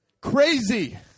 Crazy